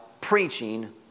preaching